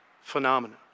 phenomena